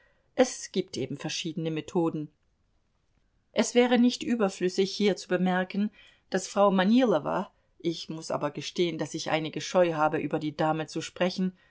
es gibt eben verschiedene methoden es wäre nicht überflüssig hier zu bemerken daß frau manilowa ich muß aber gestehen daß ich einige scheu habe über die dame zu sprechen